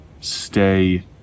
stay